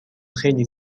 خیلی